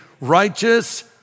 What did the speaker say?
righteous